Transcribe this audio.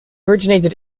originated